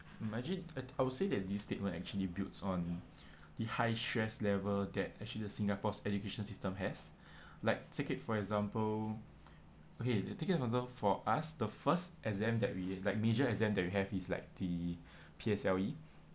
imagine uh I would say that this statement actually builds on the high stress level that actually the singapore's education system has like take it for example okay take it for example for us the first exam that we like major exam that we have is like the P_S_L_E